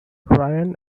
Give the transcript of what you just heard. ryan